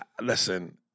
Listen